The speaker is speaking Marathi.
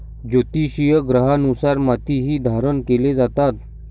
ज्योतिषीय ग्रहांनुसार मोतीही धारण केले जातात